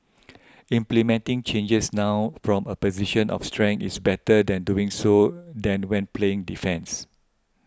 implementing changes now from a position of strength is better than doing so than when playing defence